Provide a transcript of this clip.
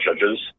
judges